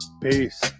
Peace